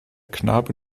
knabe